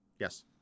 Yes